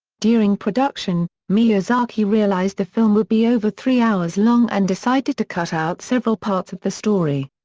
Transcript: during production, miyazaki realized the film would be over three hours long and decided to cut out several parts of the story.